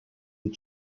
des